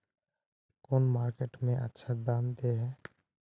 कौन मार्केट में अच्छा दाम दे है?